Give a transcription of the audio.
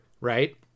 right